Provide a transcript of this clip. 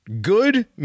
good